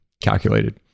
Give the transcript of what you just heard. calculated